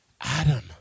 Adam